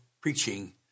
preaching